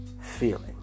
feeling